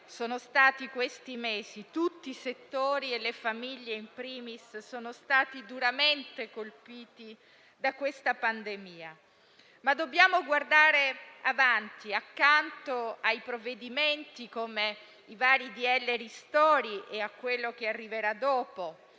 durante i quali tutti i settori - e le famiglie *in primis* - sono stati duramente colpiti dalla pandemia, ma dobbiamo guardare avanti. Accanto ai provvedimenti come i vari decreti ristori e a quello che arriverà dopo